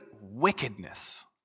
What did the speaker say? wickedness